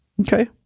Okay